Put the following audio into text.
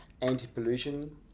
anti-pollution